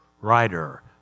writer